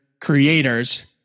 creators